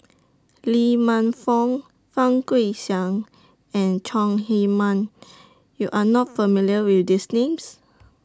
Lee Man Fong Fang Guixiang and Chong Heman YOU Are not familiar with These Names